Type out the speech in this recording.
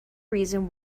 reason